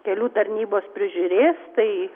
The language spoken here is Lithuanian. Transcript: kelių tarnybos prižiūrės tai